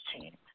team